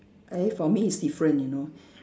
eh for me it's different you know